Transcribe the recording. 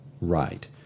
right